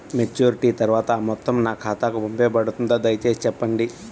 Maturity తర్వాత ఆ మొత్తం నా ఖాతాకు పంపబడుతుందా? దయచేసి చెప్పండి?